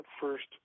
first